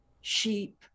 sheep